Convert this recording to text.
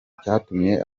icyatumye